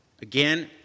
again